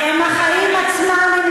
הם החיים עצמם,